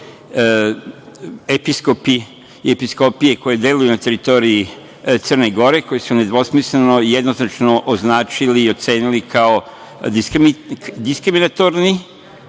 episkopi i episkopije koji deluju na teritoriji Crne Gore koji su nedvosmisleno označili i ocenili kao diskriminatorni